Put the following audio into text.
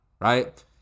right